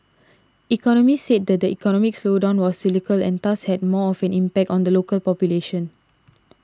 economists said the economic slowdown was cyclical and thus had more of an impact on the local population